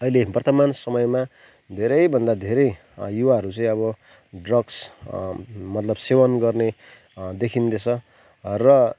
अहिले वर्तमान समयमा धेरैभन्दा धेरै युवाहरू चाहिँ अब ड्रग्स मतलब सेवन गर्ने देखिँदैछ र